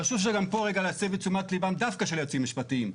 חשוב שגם פה רגע להסב את תשומת ליבם דווקא של יועצים משפטיים.